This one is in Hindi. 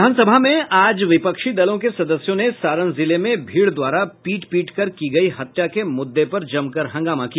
विधानसभा में आज विपक्षी दलों के सदस्यों ने सारण जिले में भीड़ द्वारा पीट पीटकर की गयी हत्या के मुद्दे पर जमकर हंगामा किया